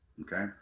okay